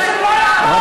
אל